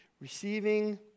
Receiving